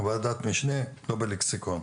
ועדת המשנה לא בלקסיקון.